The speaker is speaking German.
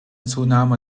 zunahme